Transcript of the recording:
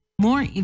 more